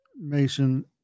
Mason